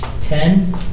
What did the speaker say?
Ten